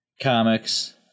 comics